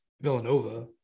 Villanova